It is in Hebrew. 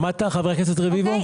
שמעת חבר הכנסת רביבו?